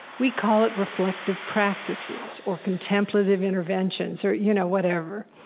we call it reflective practices or contemplative interventions or you know whatever.